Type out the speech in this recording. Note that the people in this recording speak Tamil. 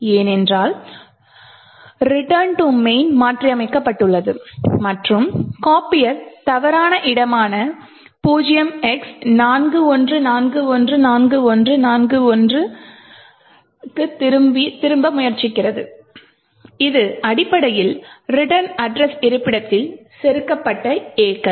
ஏனென்றால் ரிட்டர்ன் டு main மாற்றியமைக்கப்பட்டுள்ளது மற்றும் கோபியர் தவறான இடமான 0x41414141 க்குத் திரும்ப முயற்சிக்கிறார் இது அடிப்படையில் ரிட்டர்ன் அட்ரஸ் இருப்பிடத்தில் செருகப்பட்ட A கள்